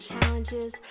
challenges